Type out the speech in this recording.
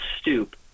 stoop